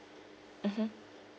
mmhmm